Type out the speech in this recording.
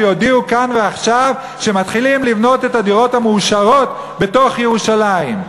שיודיעו כאן ועכשיו שמתחילים לבנות את הדירות המאושרות בתוך ירושלים.